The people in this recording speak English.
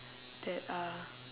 that are